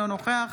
אינו נוכח